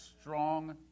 strong